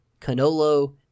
Canolo